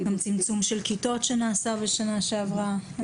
גם צמצום כיתות שנעשה בשנה שעברה.